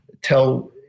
tell